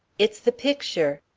it's the picture.